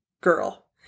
girl